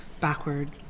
backward